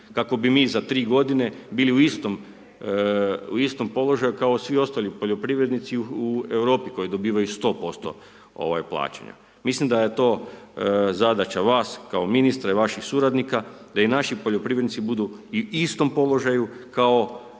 Kako bi mi za tri godine bili u istom položaju kao svi ostali poljoprivrednici u Europi koji dobivaju 100% plaćanja. Mislim da je to zadaća vas kao ministra i vaših suradnika, da i naši poljoprivrednici budu u istom položaju kao